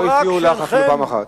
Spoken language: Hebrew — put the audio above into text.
לא הפריעו לך אפילו פעם אחת.